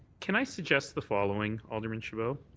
can i suggest the following, alderman chabot?